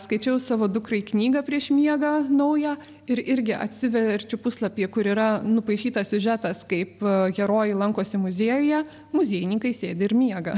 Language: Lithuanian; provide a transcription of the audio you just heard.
skaičiau savo dukrai knygą prieš miegą naują ir irgi atsiverčiu puslapyje kur yra nupaišytas siužetas kaip herojai lankosi muziejuje muziejininkai sėdi ir miega